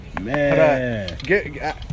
man